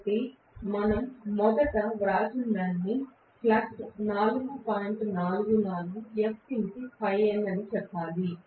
కాబట్టి మనం మొదట వ్రాసినదాన్ని ఫ్లక్స్ అని చెప్పాలి